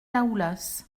daoulas